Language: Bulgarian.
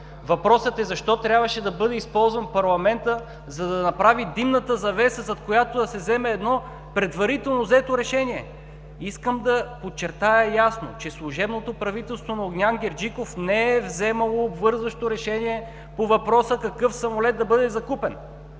Въпросът е: защо трябваше да бъде използван парламентът? За да направи димната завеса, зад която да се вземе едно предварително взето решение! Искам да подчертая ясно, че служебното правителство на Огнян Герджиков не е вземало обвързващо решение по въпроса какъв самолет да бъде закупен!